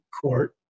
court